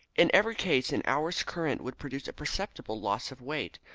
in every case an hour's current would produce a perceptible loss of weight.